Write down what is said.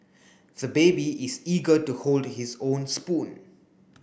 the baby is eager to hold his own spoon